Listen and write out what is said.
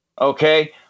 okay